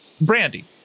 Brandy